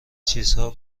چیزها